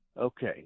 Okay